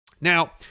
Now